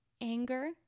anger